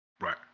Right